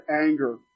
anger